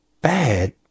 bad